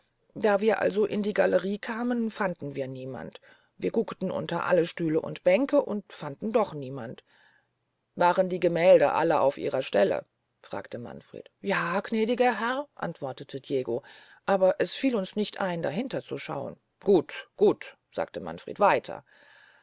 da wir also in die gallerie kamen fanden wir niemand wir guckten unter alle stühle und bänke und fanden doch niemand waren die gemälde alle auf ihrer stelle fragte manfred ja gnädiger herr antwortete diego aber es fiel uns nicht ein dahinter zu schauen gut gut sagte manfred weiter